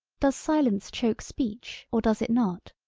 does silence choke speech or does it not.